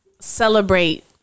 celebrate